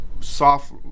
Soft